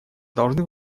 должны